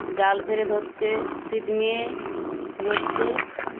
জাল ফেলে ধরছে সিট নিয়ে ধরছে